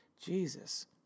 Jesus